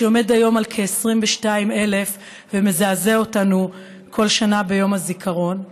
שעומד היום על כ-22,000 ומזעזע אותנו מדי שנה ביום הזיכרון.